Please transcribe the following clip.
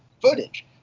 footage